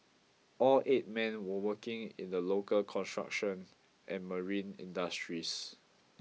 all eight men were working in the local construction and marine industries